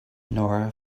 nora